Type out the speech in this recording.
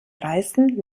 reißen